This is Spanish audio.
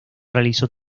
realizó